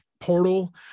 portal